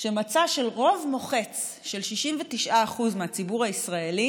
שמצא שרוב מוחץ של 69% מהציבור הישראלי